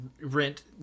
rent